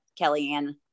Kellyanne